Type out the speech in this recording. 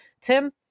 Tim